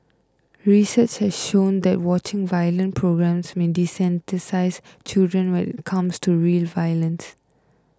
research has shown that watching violent programmes may desensitise children when it comes to real violence